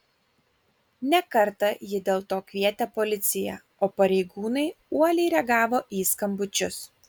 ne kartą ji dėl to kvietė policiją o pareigūnai uoliai reagavo į skambučius